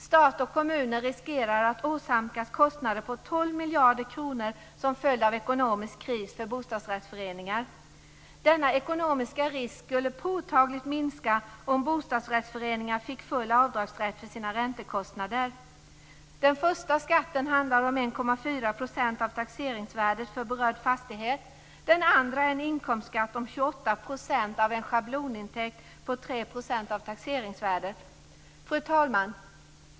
Stat och kommuner riskerar att åsamkas kostnader på 12 miljarder kronor som följd av ekonomisk kris för bostadsrättsföreningar. Denna ekonomiska risk skulle påtagligt minska om bostadsrättsföreningar fick full avdragsrätt för sina räntekostnader. Den första skatten handlar om 1,4 % av taxeringsvärdet för berörd fastighet. Den andra är en inkomstskatt om 28 % av en schablonintäkt på 3 % av taxeringsvärdet. Fru talman!